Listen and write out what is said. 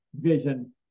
vision